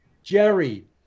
Jerry